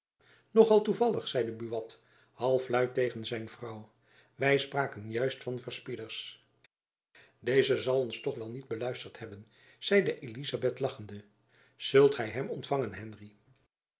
al toevallig zeide buat halfluid tegen zijn vrouw wy spraken juist van verspieders deze zal ons toch wel niet beluisterd hebben zeide elizabeth lachende zult gy hem ontfangen henry